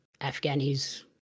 Afghanis